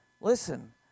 listen